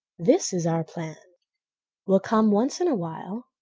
this is our plan we'll come once in a while,